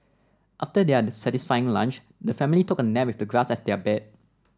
after their satisfying lunch the family took a nap with the grass as their bed